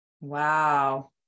wow